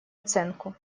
оценку